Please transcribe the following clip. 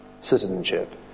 citizenship